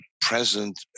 present